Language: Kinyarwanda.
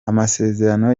amasezerano